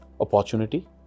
opportunity